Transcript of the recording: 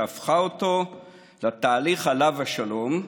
שהפכה אותו לתהליך "עליו השלום",